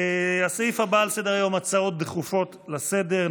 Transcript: הסעיף הבא על סדר-היום, הצעות דחופות לסדר-היום.